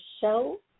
show